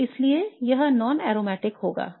तो इसलिए यह non aromatic होगा